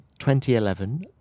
2011